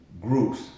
groups